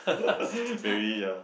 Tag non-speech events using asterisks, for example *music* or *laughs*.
*laughs* very uh